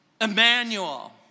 Emmanuel